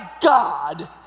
God